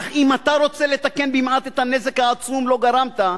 אך אם אתה רוצה לתקן במעט את הנזק העצום שגרמת,